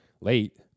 late